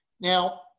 Now